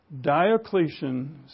Diocletian